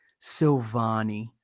Silvani